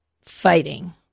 Fighting